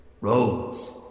roads